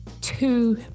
two